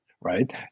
right